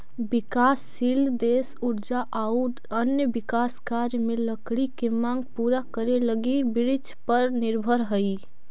विकासशील देश ऊर्जा आउ अन्य विकास कार्य में लकड़ी के माँग पूरा करे लगी वृक्षपर निर्भर हइ